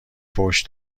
فحش